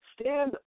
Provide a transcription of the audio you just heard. stand